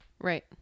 right